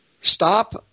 Stop